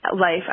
life